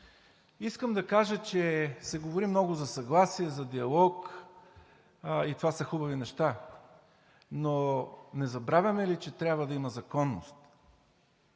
Искам да кажа, че се говори много за съгласие, за диалог и това са хубави неща, но не забравяме ли, че трябва да има законност?